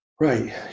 Right